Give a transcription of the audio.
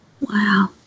Wow